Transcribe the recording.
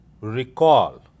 recall